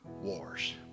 wars